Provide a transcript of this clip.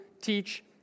teach